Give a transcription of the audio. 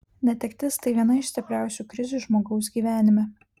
netektis tai viena iš stipriausių krizių žmogaus gyvenime